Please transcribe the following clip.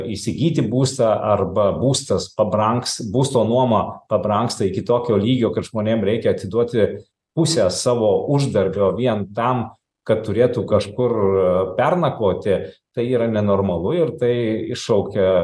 įsigyti būstą arba būstas pabrangs būsto nuoma pabrangsta iki tokio lygio kad žmonėm reikia atiduoti pusę savo uždarbio vien tam kad turėtų kažkur pernakvoti tai yra nenormalu ir tai iššaukia